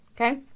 okay